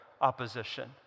opposition